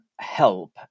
help